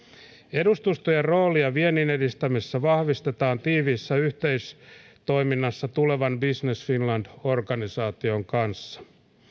edustustojen roolia viennin edistämisessä vahvistetaan tiiviissä yhteistoiminnassa tulevan business finland organisaation kanssa